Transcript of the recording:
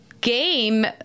game